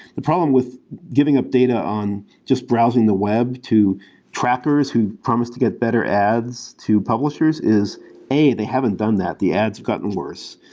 the problem with giving up data on just browsing the web to trackers who promised to get better ads to publishers is a, they haven't done that. the ads have gotten worse.